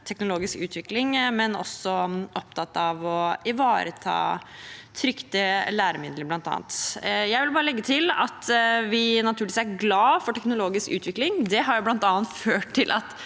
teknologisk utvikling, men er også opptatt av å ivareta bl.a. trykte læremidler. Jeg vil bare legge til at vi naturligvis er glade for teknologisk utvikling. Det har bl.a. ført til at